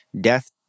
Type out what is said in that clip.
death